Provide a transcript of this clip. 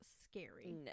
scary